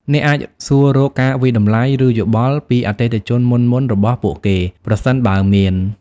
អ្នកអាចសួររក ការវាយតម្លៃ ឬយោបល់ ពីអតិថិជនមុនៗរបស់ពួកគេ ប្រសិនបើមាន។